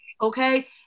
okay